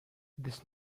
this